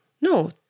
No